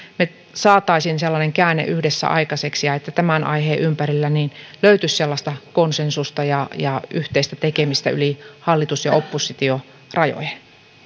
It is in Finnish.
me saisimme sellaisen käänteen yhdessä aikaiseksi ja että tämän aiheen ympärillä löytyisi sellaista konsensusta ja ja yhteistä tekemistä yli hallitus ja oppositiorajojen